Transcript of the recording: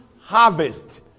harvest